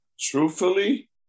Truthfully